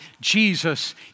Jesus